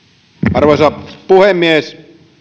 arvoisa puhemies